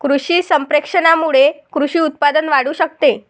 कृषी संप्रेषणामुळे कृषी उत्पादन वाढू शकते